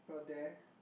bout there